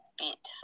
beat